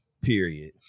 period